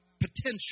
potential